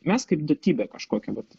mes kaip duotybę kažkokią vat